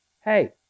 hey